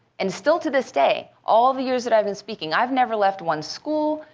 and still to this day all the years that i've been speaking, i've never left one school,